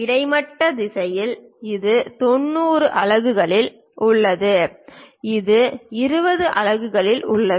கிடைமட்ட திசையில் இது 90 அலகுகளில் உள்ளது இது 20 அலகுகளில் உள்ளது